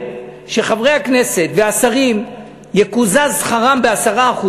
שחברי הכנסת והשרים יקוזז שכרם ב-10%,